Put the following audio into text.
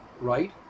right